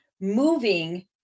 moving